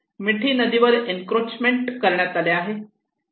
मिठी नदीवर एन्क्रोचमेंट करण्यात आले आहे